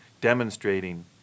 demonstrating